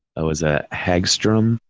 it was a hagstrom,